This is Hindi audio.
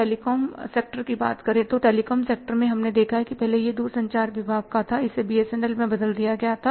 टेलीकॉम सेक्टर की बात करें तो टेलीकॉम सेक्टर में हमने देखा है कि पहले यह दूरसंचार विभाग का था इसे बीएसएनएल में बदल दिया गया था